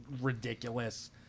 ridiculous